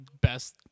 best